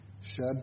shed